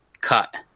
cut